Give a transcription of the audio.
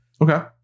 Okay